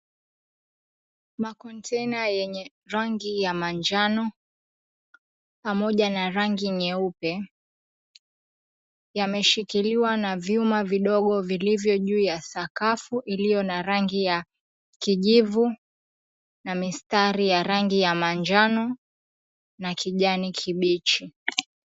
Makonteina yenye rangi ya manjano pamoja na rangi nyeupe, yameshikiliwa na vyuma vidogo vilivyo juu ya sakafu iliyo na rangi ya kijivu na mistari ya kijani kibichi.